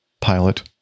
pilot